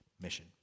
mission